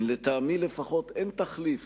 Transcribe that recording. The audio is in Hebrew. לטעמי לפחות, אין תחליף